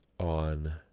on